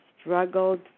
struggled